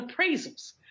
appraisals